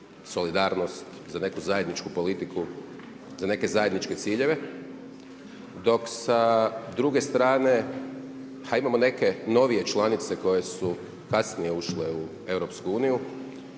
solidarnost, za neku zajedničku politiku, za neke zajedničke ciljeve, dok sa druge strane imamo neke novije članice koje su kasnije ušle u EU